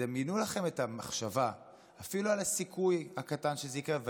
תדמיינו לכם את המחשבה אפילו על הסיכוי הקטן שזה יקרה.